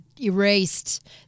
erased